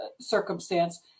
circumstance